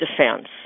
defense